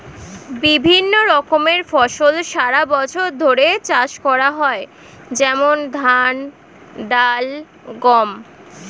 বিভিন্ন রকমের ফসল সারা বছর ধরে চাষ করা হয়, যেমন ধান, ডাল, গম